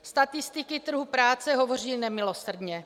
Statistiky trhu práce hovoří nemilosrdně.